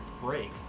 break